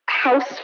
house